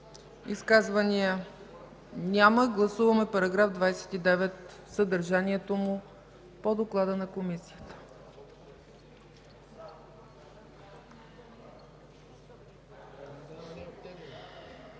Изказвания? Няма. Гласуваме § 29 – съдържанието му, по доклада на Комисията.